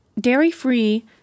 dairy-free